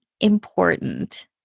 important